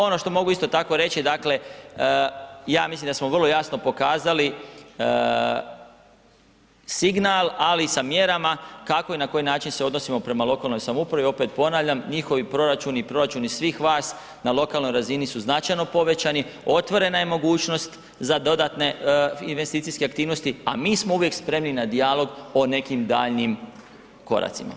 Ono što mogu isto tako reći dakle ja mislim da smo vrlo jasno pokazali signal ali sa mjerama kako i na koji način se odnosimo prema lokalnoj samoupravi, opet ponavljam, njihovi proračuni i proračuni svih vas na lokalnoj razini su značajno povećani, otvorena je mogućnost za dodatne investicijske aktivnosti a mi smo uvijek spremni na dijalog o nekim daljnjim koracima.